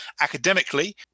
Academically